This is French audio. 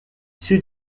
sud